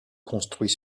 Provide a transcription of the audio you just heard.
construit